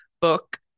book